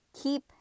keep